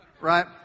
right